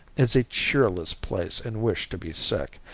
is a cheerless place in which to be sick,